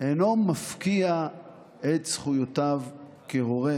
אינו מפקיע את זכויותיו כהורה